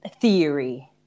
theory